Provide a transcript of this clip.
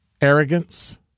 arrogance